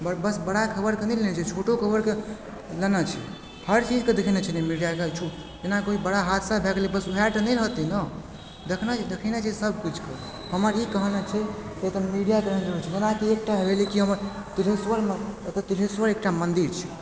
बस बड़ा खबरके नहि लेने छै छोटो खबरके लेने छै हर चीजके देखेनाइ छै ने मीडियाके छो जेना कोइ बड़ा हादसा भए गेलय बस वएह टा नहि रहतइ ने देखना देखेनाइ छै सब किछुके हमर ई कहना छै कि मीडियाके जेना कि एक टा भेलय कि हमर तिलेश्वरमे एतऽ तिलेश्वर एक टा मन्दिर छै